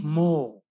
more